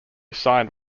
signed